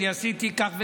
אני עשיתי כך וכך,